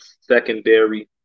secondary